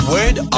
Word